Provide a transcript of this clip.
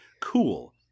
cool